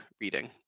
reading